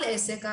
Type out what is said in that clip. כל עסק,